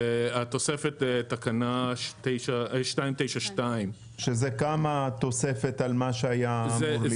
זה תוספת תקנה 292. שזה כמה תוספת על מה שהיה אמור להיות?